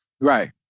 Right